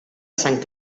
sant